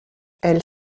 elle